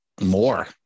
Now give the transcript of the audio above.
more